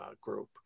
group